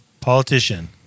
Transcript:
Politician